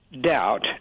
doubt